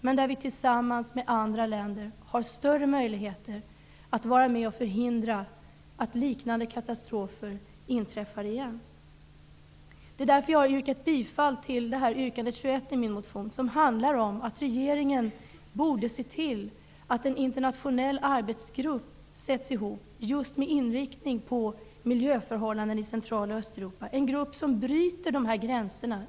Men tillsammans med andra länder har vi större möjligheter att vara med och förhindra att liknande katastrofer inträffar igen. Därför yrkar jag bifall till yrkande 21 i min motion Jo112, vilket handlar om att regeringen borde se till att en internationell arbetsgrupp, med inriktning på miljöförhållandena i Central och Östeuropa, sätts ihop. Det skulle vara en grupp som bryter gränser.